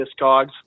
Discogs